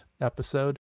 episode